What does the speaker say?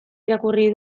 irakurri